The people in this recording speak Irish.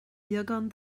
beagán